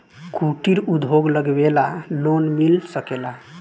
कुटिर उद्योग लगवेला लोन मिल सकेला?